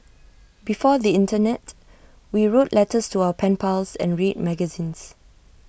before the Internet we wrote letters to our pen pals and read magazines